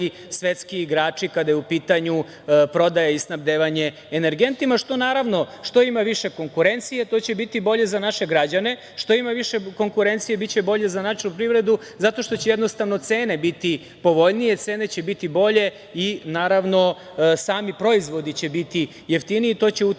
svetski igrači, kada je u pitanju prodaja i snabdevanje energentima. Naravno, što ima više konkurencije, to će biti bolje za naše građana. Što ima više konkurencije, biće bolje za našu privredu, zato što će jednostavno cene biti povoljnije, cene će biti bolje i, naravno, sami proizvodi će biti jeftiniji. To će uticati